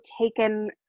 taken